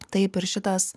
taip ir šitas